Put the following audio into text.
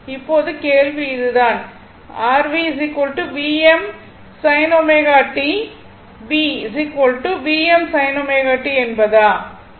இப்போது கேள்வி இது தான் r V Vm sin ω t V Vm sin ω t என்பதா